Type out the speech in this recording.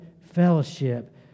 fellowship